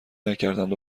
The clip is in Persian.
نکردند